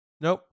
Nope